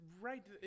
right